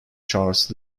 charles